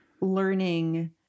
learning